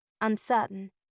uncertain